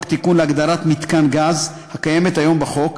תיקון להגדרת "מתקן גז" הקיימת היום בחוק,